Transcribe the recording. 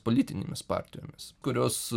politinėmis partijomis kurios